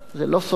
זה לא סותר,